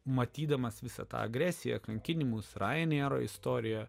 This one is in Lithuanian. matydamas visą tą agresiją kankinimus ryanair istoriją